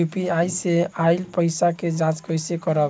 UPI से आइल पईसा के जाँच कइसे करब?